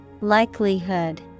Likelihood